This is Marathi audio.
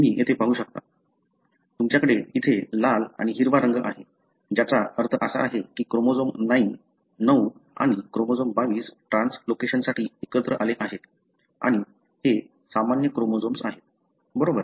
तुम्ही येथे पाहू शकता तुमच्याकडे येथे लाल आणि हिरवा रंग आहे ज्याचा अर्थ असा आहे की क्रोमोझोम 9 आणि क्रोमोझोम 22 ट्रान्सलोकेशनसाठी एकत्र आले आहेत आणि हे सामान्य क्रोमोझोम आहेत बरोबर